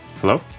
Hello